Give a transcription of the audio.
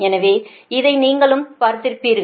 எனவே இதை நீங்களும் பார்த்திருப்பீர்கள்